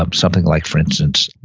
um something like, for instance,